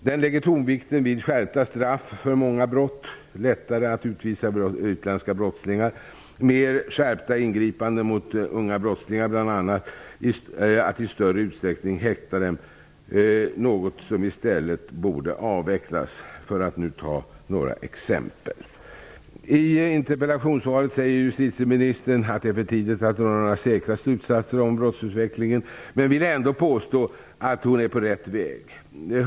Där läggs tonvikten vid skärpta straff för många brott, att göra det lättare att utvisa utländska brottslingar, mer skärpta ingripanden mot unga brottslingar, bl.a. att i större utsträckning häkta dem, något som i stället borde avvecklas -- för att nu ta några exempel. I interpellationssvaret säger justitieministern att det är för tidigt att dra några säkra slutsatser om brottsutvecklingen, men hon vill ändå påstå att hon är på rätt väg.